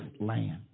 land